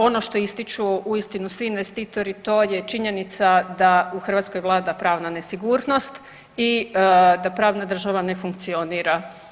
Ono što ističu uistinu svi investitori to je činjenica da u Hrvatskoj vlada pravna nesigurnost i da pravna država ne funkcionira.